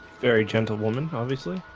very gentle woman, obviously.